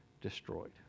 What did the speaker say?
destroyed